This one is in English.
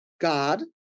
God